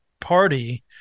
party